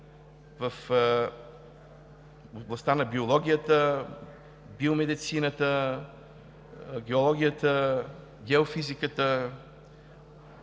нанонауките, на биологията, биомедицината, геологията, геофизиката,